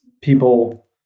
people